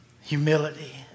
humility